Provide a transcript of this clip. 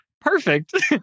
Perfect